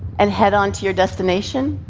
and head on to your destination,